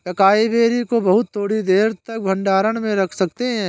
acai berry को बहुत थोड़ी देर तक भंडारण में रख सकते हैं